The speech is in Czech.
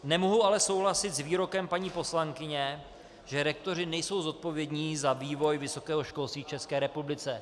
Nemohu ale souhlasit s výrokem paní poslankyně, že rektoři nejsou zodpovědní za vývoj vysokého školství v České republice.